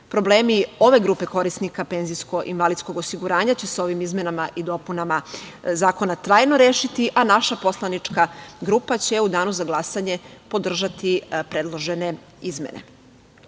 uslova. Problemi ove grupe korisnika penzijskog i invalidskog osiguranja, sa ovim izmenama i dopunama zakona će se trajno rešiti, a naša poslanička grupa će u danu za glasanje podržati predložene izmene. Brojne